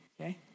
Okay